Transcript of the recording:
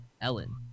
Ellen